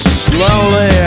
slowly